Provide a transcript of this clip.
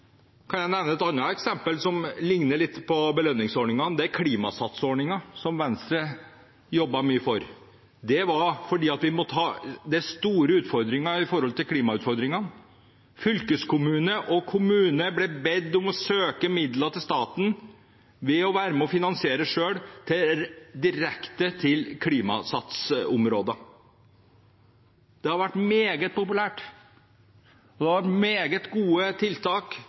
kan jeg nevne et annet eksempel, som ligner litt på belønningsordningen, og det er klimasatsordningen, som Venstre jobbet mye for. Det var fordi vi måtte ta den store utfordringen når det gjelder klima. Fylkeskommuner og kommuner ble bedt om å søke midler av staten ved selv å være med på å finansiere direkte til klimasatsområder. Det har vært meget populært. Det er meget gode tiltak